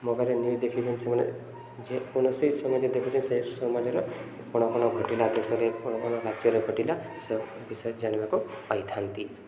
ମୋବାଇଲରେ ନ୍ୟୁଜ୍ ଦେଖିକରି ସେମାନେ ଯେକୌଣସି ସମାଜରେ ଦେଖୁଛ ସେ ସମାଜର କ'ଣ କ'ଣ ଘଟିଲା ଦେଶରେ କ'ଣ କ'ଣ ରାଜ୍ୟରେ ଘଟିଲା ସେ ବିଷୟରେ ଜାଣିବାକୁ ପାଇଥାନ୍ତି